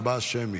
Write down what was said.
הצבעה שמית.